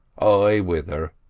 i with her.